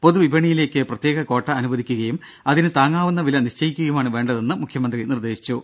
പൊതു വിപണിയിലേക്ക് പ്രത്യേക ക്വാട്ട അനുവദിക്കുകയും അതിന് താങ്ങാവുന്ന വില നിശ്ചയിക്കുകയുമാണ് വേണ്ടതെന്ന് മുഖ്യമന്ത്രി നിർദ്ദേശിച്ചു